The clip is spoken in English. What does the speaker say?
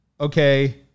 okay